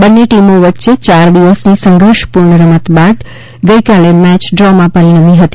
બન્ને ટિમો વચ્ચે ચાર દિવસની સંઘર્ષ પૂર્ણ રમત બાદ ગઇકાલે મેચ ડ્રોમાં પરિણમી હતી